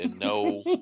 no